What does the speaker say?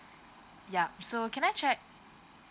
yup so can I check